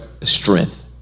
strength